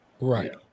Right